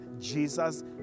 Jesus